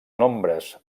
nombres